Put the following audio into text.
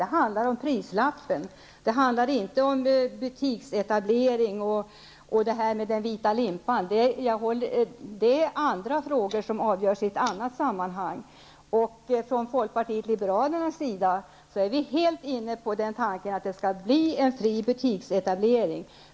Den handlar om prislappen -- den handlar inte om butiksetablering och den vita limpan. Det är andra frågor som avgörs i ett annat sammanhang. Från folkpartiet liberalernas sida är vi helt inne på tanken att det skall bli en fri butiksetablering.